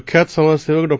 प्रख्यात समाज सेवक डॉ